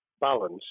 balance